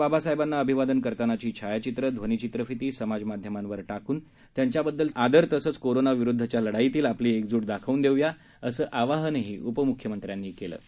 बाबासाहेबांना अभिवादन करतानाची छायाचित्रे ध्वनिचित्रफिती समाजमाध्यमांवर टाकून त्यांच्याबद्दलचा आदर तसंच कोरोनाविरुद्धच्या लढाईतील आपली एकजूट दाखवून देऊया असं आवाहनही उपमुख्यमंत्र्यांनी केलं आहे